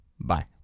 Bye